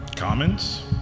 comments